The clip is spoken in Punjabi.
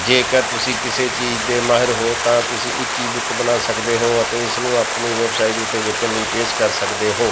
ਜੇਕਰ ਤੁਸੀਂ ਕਿਸੇ ਚੀਜ਼ ਦੇ ਮਾਹਰ ਹੋ ਤਾਂ ਤੁਸੀਂ ਇੱਕ ਈ ਬੁੱਕ ਬਣਾ ਸਕਦੇ ਹੋ ਅਤੇ ਇਸ ਨੂੰ ਆਪਣੀ ਵੈੱਬਸਾਈਟ ਉੱਤੇ ਵੇਚਣ ਲਈ ਪੇਸ਼ ਕਰ ਸਕਦੇ ਹੋ